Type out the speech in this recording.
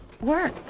work